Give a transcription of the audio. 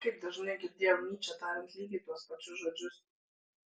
kaip dažnai girdėjau nyčę tariant lygiai tuos pačius žodžius